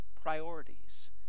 priorities